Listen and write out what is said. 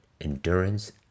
endurance